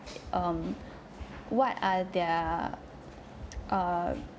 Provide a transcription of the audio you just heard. um what are their err